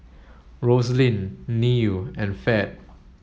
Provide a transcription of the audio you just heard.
Roslyn Neal and Fed